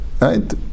right